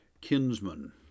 kinsman